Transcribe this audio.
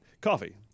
coffee